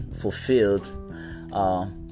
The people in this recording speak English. fulfilled